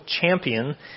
champion